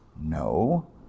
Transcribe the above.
No